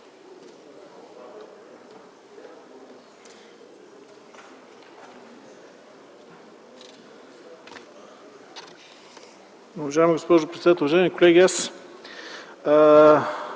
Уважаема госпожо председател, уважаеми колеги! Аз